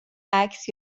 عکس